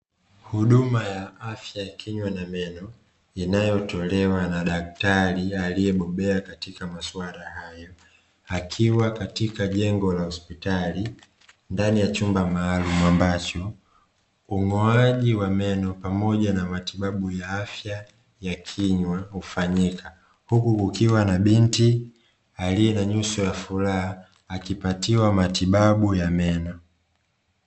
Huduma ya afya ya kinywa na meno inayotolewa na daktari aliyebobea katika maswala hayo, akiwa katika jengo la hospitali ndani ya chumba maalum, ambacho ung'oaji wa meno pamoja na matibabu ya afya ya kinywa hufanyika. Huku kukiwa na binti aliye na nyuso ya furaha akipatiwa matibabu ya meno.